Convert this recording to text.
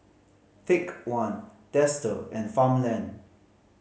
Take One Dester and Farmland